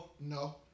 No